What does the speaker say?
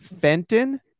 Fenton